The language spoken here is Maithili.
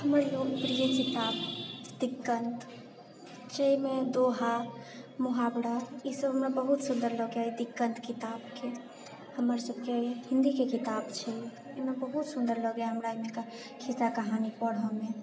हमर लोकप्रिय किताब छी दिगंत जेहिमे दोहा मुहावरा ई सभ हमरा बहुत सुन्दर लगैया दिगंत किताबके हमर सभकेँ हिन्दीके किताब छी एहिमे बहुत सुन्दर लगैया हमरा हिनका खिस्सा कहानी पढ़ैमे